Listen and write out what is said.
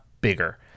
bigger